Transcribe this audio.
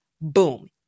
Boom